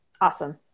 Awesome